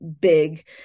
big